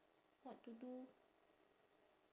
what to do